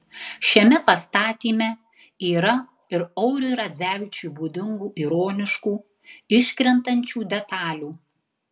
šiame pastatyme yra ir auriui radzevičiui būdingų ironiškų iškrentančių detalių